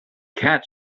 cat